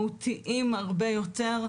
מהותיים הרבה יותר,